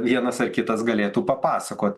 vienas ar kitas galėtų papasakot